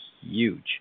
huge